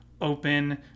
open